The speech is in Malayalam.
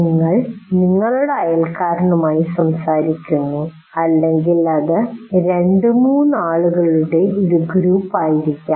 നിങ്ങൾ നിങ്ങളുടെ അയൽക്കാരനുമായി സംസാരിക്കുന്നു അല്ലെങ്കിൽ അത് 23 ആളുകളുടെ ഒരു ഗ്രൂപ്പായിരിക്കാം